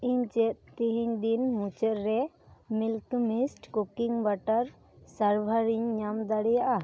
ᱤᱧ ᱪᱮᱫ ᱛᱤᱦᱤᱧ ᱫᱤᱱ ᱢᱩᱪᱟᱹᱫ ᱨᱮ ᱢᱤᱞᱠᱤ ᱢᱤᱥᱴ ᱠᱩᱠᱤᱝ ᱵᱟᱴᱟᱨ ᱥᱟᱨᱵᱷᱟᱨ ᱤᱧ ᱧᱟᱢ ᱫᱟᱲᱮᱭᱟᱜᱼᱟ